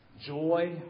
joy